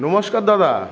নমস্কার দাদা